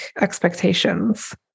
expectations